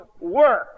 work